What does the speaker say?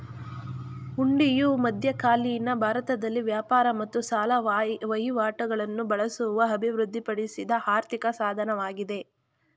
ಹುಂಡಿಯು ಮಧ್ಯಕಾಲೀನ ಭಾರತದಲ್ಲಿ ವ್ಯಾಪಾರ ಮತ್ತು ಸಾಲ ವಹಿವಾಟುಗಳಲ್ಲಿ ಬಳಸಲು ಅಭಿವೃದ್ಧಿಪಡಿಸಿದ ಆರ್ಥಿಕ ಸಾಧನವಾಗಿದೆ